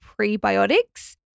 prebiotics